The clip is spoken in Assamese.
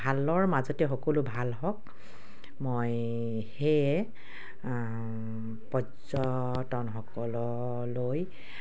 ভালৰ মাজতে সকলো ভাল হওক মই সেয়ে পৰ্যটনসকল লৈ